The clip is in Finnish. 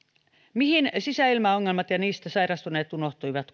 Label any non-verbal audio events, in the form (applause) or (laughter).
mihin sisäilmaongelmat ja niistä sairastuneet unohtuivat (unintelligible)